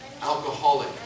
alcoholic